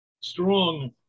strong